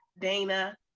Dana